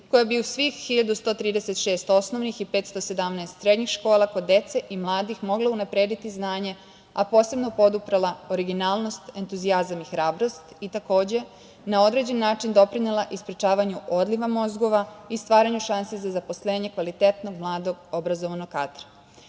koja bi u svih 1.136 osnovih i 517 srednjih škola kod dece i mladih moglo unaprediti znanje, a posebno poduprela originalnost, entuzijazam i hrabrost i takođe na određen način doprinela i sprečavanju odliva mozgova i stvaranju šansi za zaposlenje kvalitetnog, mladog, obrazovanog kadra. Ono